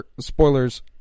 spoilers